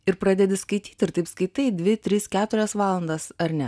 ir pradedi skaityti ir taip skaitai dvi tris keturias valandas ar ne